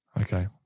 Okay